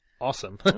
Awesome